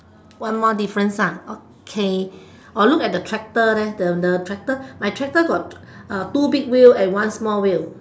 one more difference ah okay or look at the tractor there the the tractor my tractor got uh two big wheel and one small wheel